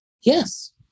Yes